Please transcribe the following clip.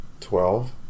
twelve